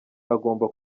agomba